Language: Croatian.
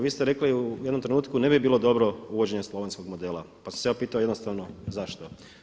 Vi ste rekli u jednom trenutku ne bi bilo dobro uvođenja slovenskog modela, pa sam se ja pitao jednostavno zašto?